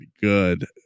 good